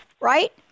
right